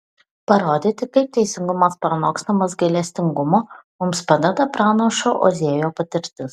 parodyti kaip teisingumas pranokstamas gailestingumo mums padeda pranašo ozėjo patirtis